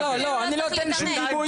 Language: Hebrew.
אני לא נותן שום גיבוי.